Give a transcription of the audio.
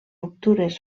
ruptures